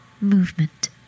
movement